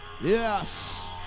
Yes